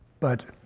but